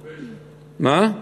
מה?